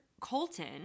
Colton